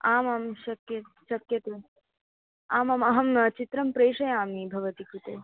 आमां शक्यते शक्यते आमाम् अहं चित्रं प्रेषयामि भवत्याः कृते